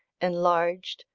enlarged,